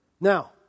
Now